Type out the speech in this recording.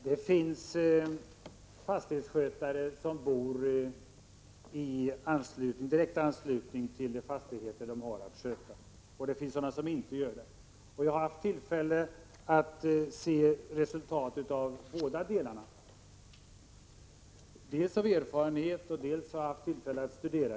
Fru talman! Det finns fastighetsskötare som bor i direkt anslutning till de fastigheter de har att sköta och det finns sådana som inte gör det. Jag har haft tillfälle att se resultatet av båda delarna — dels av egen erfarenhet, dels genom studier.